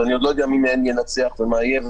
ואני עוד לא יודע מי מהן תנצח ומה יהיה.